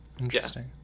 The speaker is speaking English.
Interesting